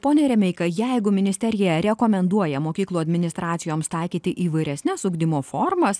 pone remeika jeigu ministerija rekomenduoja mokyklų administracijoms taikyti įvairesnes ugdymo formas